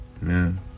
Man